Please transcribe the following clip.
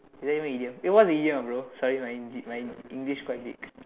is that even an idiom eh what is an idiom ah bro sorry my English my English quite weak